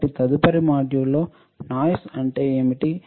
కాబట్టి తదుపరి మాడ్యూల్లో నాయిస్ అంటే ఏమిటి